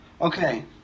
Okay